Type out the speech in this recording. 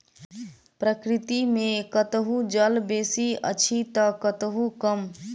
प्रकृति मे कतहु जल बेसी अछि त कतहु कम